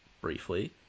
briefly